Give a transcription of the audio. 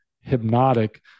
hypnotic